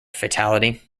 fatality